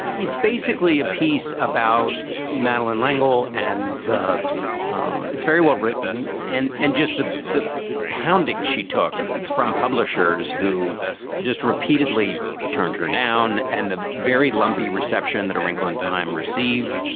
it's basically a piece about madeline lengel and um it's very well written and and just the the pounding she took from publishers who just repeatedly turned her down. and the very lumpy reception that a wrinkle in time received.